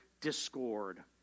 discord